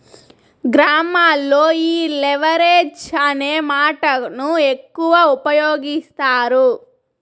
గ్రామాల్లో ఈ లెవరేజ్ అనే మాటను ఎక్కువ ఉపయోగిస్తారు